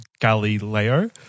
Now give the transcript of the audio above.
Galileo